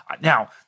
Now